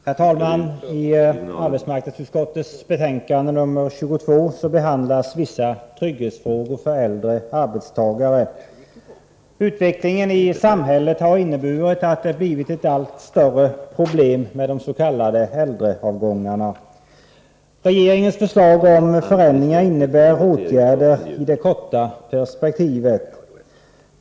Herr talman! I arbetsmarknadsutskottets betänkande nr 22 behandlas vissa trygghetsfrågor för äldre arbetstagare. Utvecklingen i samhället har inneburit att det har blivit ett allt större problem med de s.k. äldreavgångarna. Regeringens förslag om förändringar innebär åtgärder i det korta perspektivet.